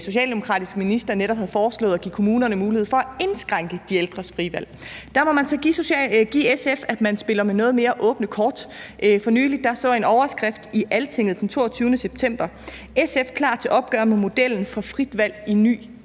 socialdemokratisk minister, som netop havde foreslået at give kommunerne mulighed for at indskrænke de ældres frie valg. Der må man så give SF, synes jeg, at man spiller med noget mere åbne kort. For nylig så jeg en overskrift i Altinget, den 27. september: »SF klar til opgør med modellen for frit valg i ny